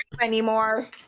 anymore